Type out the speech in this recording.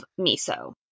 miso